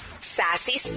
Sassy